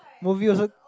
movie also